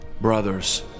Brothers